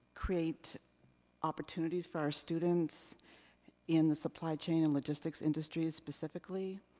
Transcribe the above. create opportunities for our students in the supply chain and logistics industries specifically.